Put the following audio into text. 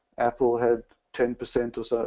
apple had ten percent or so,